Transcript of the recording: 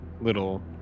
little